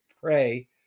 pray